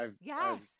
Yes